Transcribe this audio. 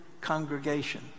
congregation